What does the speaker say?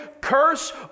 curse